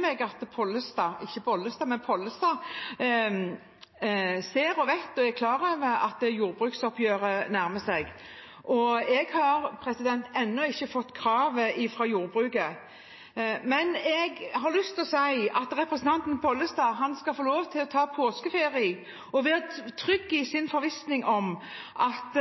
meg at Pollestad – ikke Bollestad, men Pollestad – ser, vet og er klar over at jordbruksoppgjøret nærmer seg. Jeg har ennå ikke fått kravet fra jordbruket, men jeg har lyst til å si at representanten Pollestad skal få lov til å ta påskeferie og være trygg i sin forvissning om at